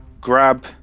grab